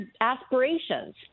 aspirations